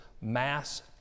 mass